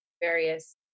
Various